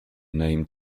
name